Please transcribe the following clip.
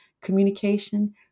communication